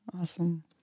Awesome